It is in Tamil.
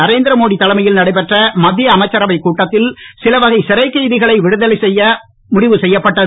நரேந்திர மோடி தலைமையில் நடைபெற்ற மத்திய அமைச்சரவைக் கூட்டத்தில் சிலவகை சிறைக்கைதிகளை விடுதலை செய்ய முடிவு செய்யப்பட்டது